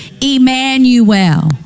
Emmanuel